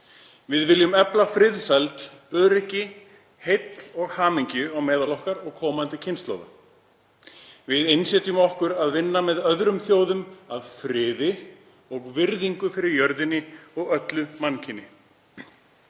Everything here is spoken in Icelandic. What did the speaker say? Við viljum efla friðsæld, öryggi, heill og hamingju á meðal okkar og komandi kynslóða. Við einsetjum okkur að vinna með öðrum þjóðum að friði og virðingu fyrir jörðinni og öllu mannkyni.